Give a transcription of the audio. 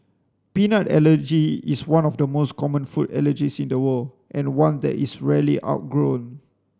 peanut allergy is one of the most common food allergies in the world and one that is rarely outgrown